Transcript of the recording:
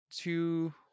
two